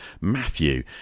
Matthew